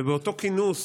ובאותו כינוס